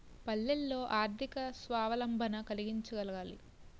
పల్లెల్లో ఆర్థిక స్వావలంబన కలిగించగలగాలి